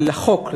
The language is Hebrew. על החוק,